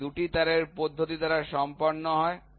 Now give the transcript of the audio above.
এটি ২টি তারের পদ্ধতি দ্বারা সম্পন্ন হয়